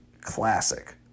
Classic